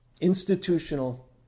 institutional